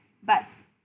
but